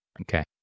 Okay